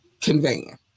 conveying